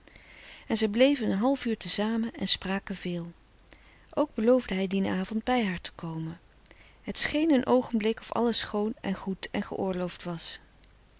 en zij bleven een halfuur te samen en spraken veel ook beloofde hij dien avond bij haar te komen het scheen een oogenblik of alles schoon en goed en geoorloofd was